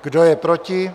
Kdo je proti?